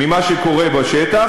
ממה שקורה בשטח,